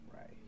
Right